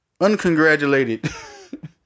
uncongratulated